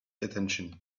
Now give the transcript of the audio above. attention